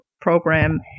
Program